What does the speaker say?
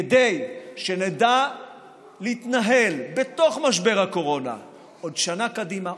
כדי שנדע להתנהל בתוך משבר הקורונה עוד שנה קדימה,